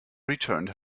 returned